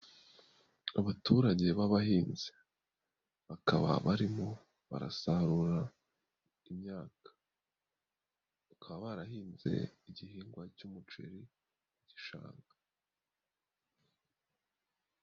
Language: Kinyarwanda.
Abaturage b'abahinzi bakaba barimo barasarura imyaka, bakaba wahinze igihingwa cy'umuceri mu gishanga.